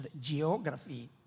geography